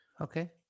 Okay